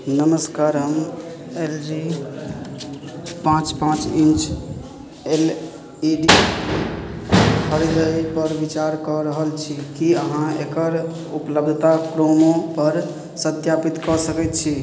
नमस्कार हम L G पाँच पाँच इञ्च एल ई डी खरिदैपर विचार कऽ रहल छी कि अहाँ एकर उपलब्धता क्रोमपर सत्यापित कऽ सकै छी